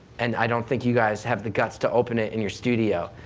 and i don't think you guys have the guts to open it in your studio.